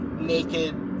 naked